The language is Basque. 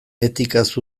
etikaz